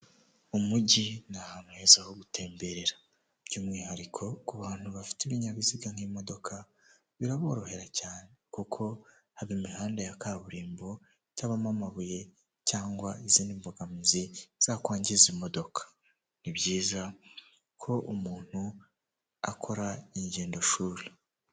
Umujyi ni ahantu heza ho gutemberera by'umwihariko ku bantu bafite ibinyabiziga nk'imodoka biraborohera cyane kuko haba imihanda ya kaburimbo itabamo amabuye cyangwa izindi mbogamizi zakwangiza imodoka, ni byiza ko umuntu akora ingendoshuri.